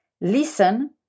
Listen